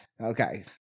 Okay